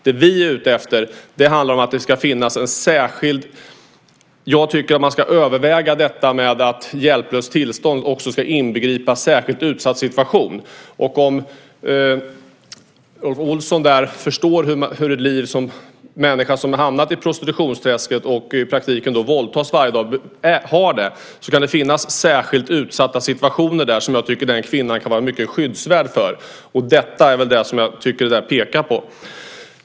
Vad vi är ute efter handlar om, tycker jag, att man ska överväga att "hjälplöst tillstånd" också ska inbegripa "särskilt utsatt situation". Jag undrar om Rolf Olsson förstår hur den människa har det som hamnat i prostitutionsträsket och som i praktiken våldtas varje dag. Det kan finnas särskilt utsatta situationer i det avseendet som jag tycker att den kvinnan så att säga kan vara mycket skyddsvärd för. Det är väl detta som det här pekar på.